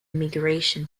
migration